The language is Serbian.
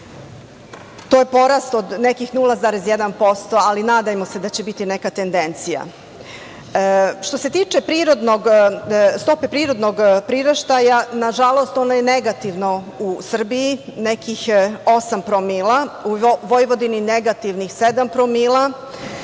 To je porast od nekih 0,1%, ali nadajmo se da će biti neka tendencija. Što se tiče stope prirodnog priraštaja, nažalost ona je negativna u Srbiji, nekih osam promila, u Vojvodini negativnih sedam promila.